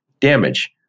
damage